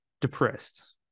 depressed